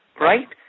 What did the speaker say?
right